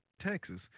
Texas